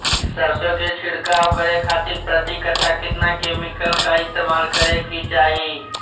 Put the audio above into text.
सरसों के छिड़काव करे खातिर प्रति कट्ठा कितना केमिकल का इस्तेमाल करे के चाही?